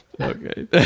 Okay